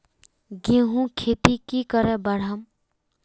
गेंहू खेती की करे बढ़ाम?